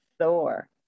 Thor